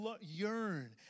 yearn